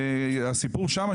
והסיפור שם,